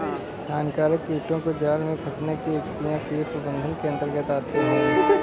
हानिकारक कीटों को जाल में फंसने की युक्तियां कीट प्रबंधन के अंतर्गत आती है